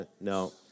No